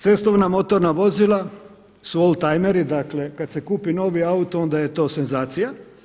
Cestovna motorna vozila su oldtimeri, dakle kada se kupi novi auto onda je to senzacija.